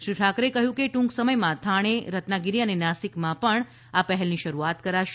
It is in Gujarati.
શ્રી ઠાકરેએ કહ્યું કે ટુંક સમયમાં થાણે રત્નાગીરી અને નાસીકમાં પણ આ પહેલની શરૂઆત કરાશે